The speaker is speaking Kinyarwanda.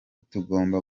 tugomba